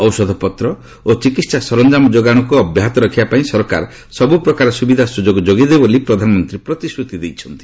ଔଷଧପତ୍ର ଓ ଚିକିହା ସରଞ୍ଜାମ ଯୋଗାଣକୁ ଅବ୍ୟାହତ ରଖିବା ପାଇଁ ସରକାର ସବୁ ପ୍ରକାର ସୁବିଧା ସୁଯୋଗ ଯୋଗାଇ ଦେବେ ବୋଲି ପ୍ରଧାନମନ୍ତ୍ରୀ ପ୍ରତିଶ୍ରତି ଦେଇଛନ୍ତି